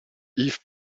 yves